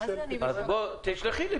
תשלחי לו